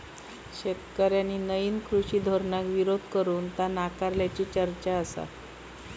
शेतकऱ्यांनी नईन कृषी धोरणाक विरोध करून ता नाकारल्याची चर्चा आसा